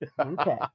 Okay